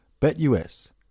BetUS